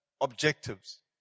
objectives